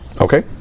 Okay